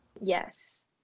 yes